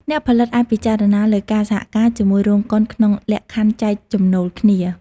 អ្នកផលិតអាចពិចារណាលើការសហការជាមួយរោងកុនក្នុងលក្ខខណ្ឌចែកចំណូលគ្នា។